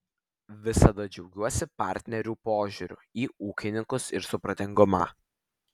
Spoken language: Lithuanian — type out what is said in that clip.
visada džiaugiuosi partnerių požiūriu į ūkininkus ir supratingumu